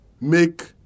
make